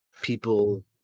people